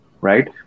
right